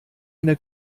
eine